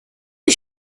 was